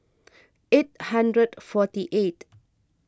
eight hundred forty eight